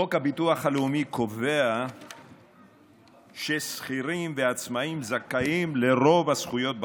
חוק הביטוח הלאומי קובע ששכירים ועצמאים זכאים לרוב הזכויות בחוק,